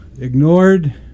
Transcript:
ignored